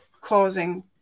causing